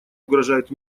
угрожает